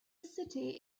city